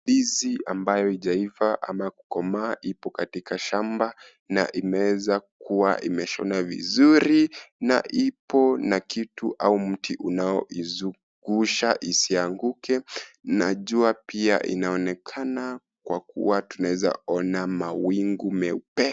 Ndizi ambayo haijaiva ama kukomaa ipo katika shamba na imeza kuwa imeshona vizuri na ipo na kitu au mti unao izungusha isianguke, na jua pia inaonekana kwa kuwa tunaeza ona mawingu meupee.